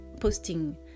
posting